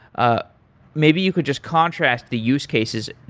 ah maybe you could just contrast the use cases.